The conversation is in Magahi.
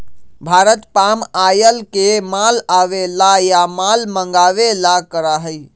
भारत पाम ऑयल के माल आवे ला या माल मंगावे ला करा हई